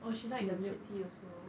oh she's like the milk tea also